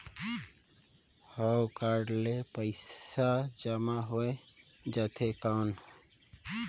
हव कारड ले पइसा जमा हो जाथे कौन?